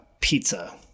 pizza